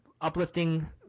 uplifting